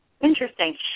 Interesting